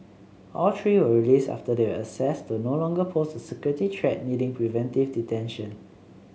all three were released after they were assessed to no longer pose a security threat needing preventive detention